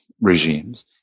regimes